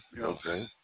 okay